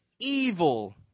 evil